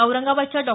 औरंगाबादच्या डॉ